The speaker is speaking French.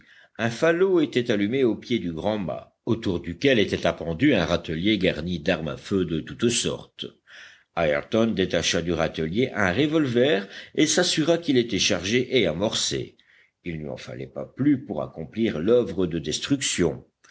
un falot était allumé au pied du grand mât autour duquel était appendu un râtelier garni d'armes à feu de toutes sortes ayrton détacha du râtelier un revolver et s'assura qu'il était chargé et amorcé il ne lui en fallait pas plus pour accomplir l'oeuvre de destruction